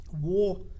War